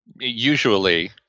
usually